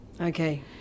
Okay